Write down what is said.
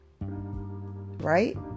Right